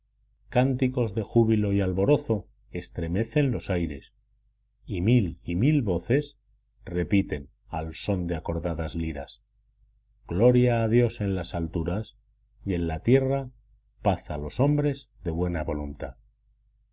cánticos de júbilo y alborozo estremecen los aires y mil y mil voces repiten al son de acordadas liras gloria a dios en las alturas y en la tierra paz a los hombres de buena voluntad